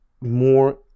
more